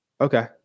Okay